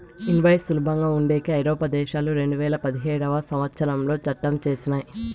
invoice సులభంగా ఉండేకి ఐరోపా దేశాలు రెండువేల పదిహేడవ సంవచ్చరంలో చట్టం చేసినయ్